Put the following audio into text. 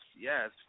Yes